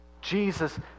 Jesus